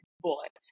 bullets